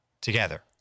together